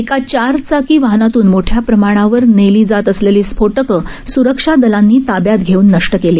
एका चारचाकी वाहनातून मोठ्या प्रमाणावर नेली जात असलेली स्फोटकं सुरक्षा दलांनी ताब्यात घेऊन नष्ट केली